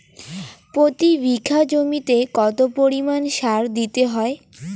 প্রতি বিঘা জমিতে কত পরিমাণ সার দিতে হয়?